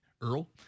Earl